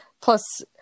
plus